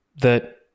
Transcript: that-